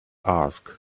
asked